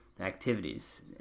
activities